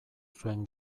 zuen